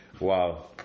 wow